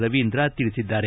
ರವೀಂದ್ರ ತಿಳಿಸಿದ್ದಾರೆ